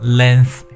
length